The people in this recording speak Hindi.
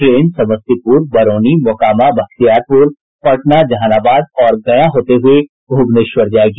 ट्रेन समस्तीपुर बरौनी मोकामा बख्तियारपुर पटना जहानाबाद और गया होते हुए भुवनेश्वर जायेगी